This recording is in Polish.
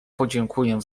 podziękuję